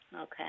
Okay